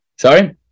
Sorry